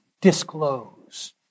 Disclose